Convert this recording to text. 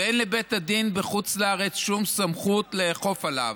ואין לבית הדין בחוץ לארץ שום סמכות לאכוף עליו.